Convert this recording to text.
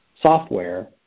software